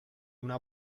una